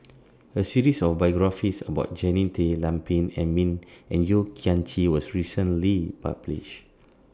A series of biographies about Jannie Tay Lam Pin Min and Yeo Kian Chye was recently published